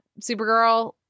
Supergirl